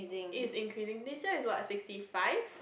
is increasing this year is what sixty five